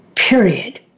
period